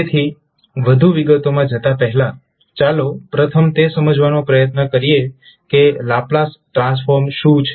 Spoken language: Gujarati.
તેથી વધુ વિગતોમાં જતા પહેલા ચાલો પ્રથમ તે સમજવાનો પ્રયત્ન કરીએ કે લાપ્લાસ ટ્રાન્સફોર્મ શું છે